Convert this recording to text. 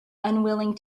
unwilling